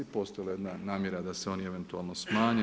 Postojala je jedna namjera da se oni eventualno smanje.